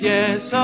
Yes